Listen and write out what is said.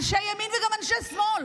אנשי ימין וגם אנשי שמאל,